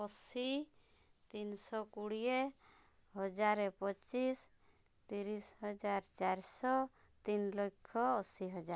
ଅଶୀ ତିନି ଶହ କୋଡ଼ିଏ ହଜାର ପଚିଶି ତିରିଶି ହଜାର ଚାରି ଶହ ତିନି ଲକ୍ଷ ଅଶୀ ହଜାର